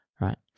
right